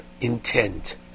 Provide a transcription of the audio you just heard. intent